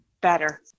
better